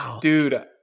dude